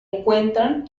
encuentran